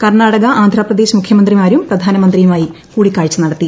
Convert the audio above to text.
കർണാടക ആന്ധ്രാപ്രദേശ് മുഖൃമിന്ത്യ്മാ്രും പ്രധാനമന്ത്രിയുമായി കൂടിക്കാഴ്ച നടത്തി